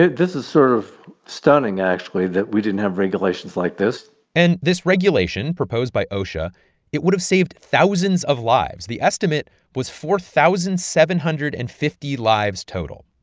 this is sort of stunning, actually, that we didn't have regulations like this and, this regulation proposed by osha it would have saved thousands of lives. the estimate was four thousand seven hundred and fifty lives total.